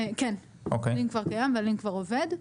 כן, הלינק כבר קיים והלינק כבר עובד.